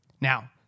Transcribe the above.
Now